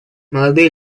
молодые